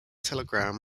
telegram